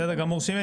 בסדר גמור שימי,